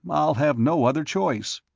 i'll have no other choice.